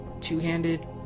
two-handed